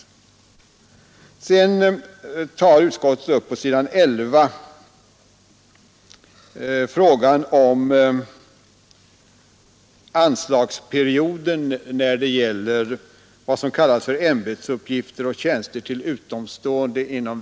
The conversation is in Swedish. På s. 11 tar utskottet sedan upp frågan om anslagsperioden när det gäller statens vägverks ämbetsuppgifter och tjänster till utomstående.